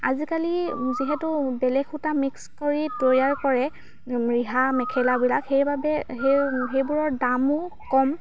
আজিকালি যিহেতু বেলেগ সূতা মিক্স কৰি তৈয়াৰ কৰে ৰিহা মেখেলাবিলাক সেইবাবে সেই সেইবোৰৰ দামো কম